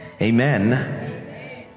Amen